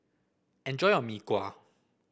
enjoy your Mee Kuah